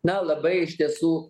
na labai iš tiesų